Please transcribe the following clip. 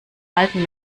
alten